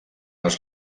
els